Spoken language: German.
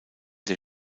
der